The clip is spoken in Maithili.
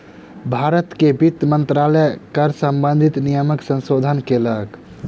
भारत के वित्त मंत्रालय कर सम्बंधित नियमक संशोधन केलक